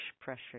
pressure